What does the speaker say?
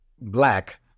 Black